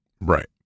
Right